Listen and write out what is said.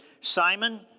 Simon